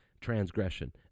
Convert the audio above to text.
Transgression